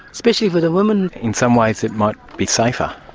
especially for the women. in some ways it might be safer.